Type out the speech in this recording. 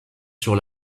sur